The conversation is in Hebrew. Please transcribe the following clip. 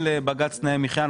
בג"ץ תנאי מחיה,